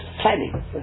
planning